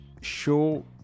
show